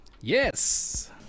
Yes